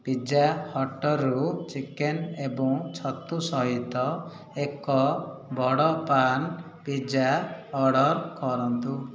pizza ହଟରୁ chicken ଏବଂ ଛତୁ ସହିତ ଏକ ବଡ଼ ପାନ୍ ପିଜ୍ଜା ଅର୍ଡର କରନ୍ତୁ